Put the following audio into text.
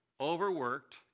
overworked